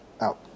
out